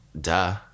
duh